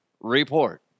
report